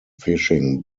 fishing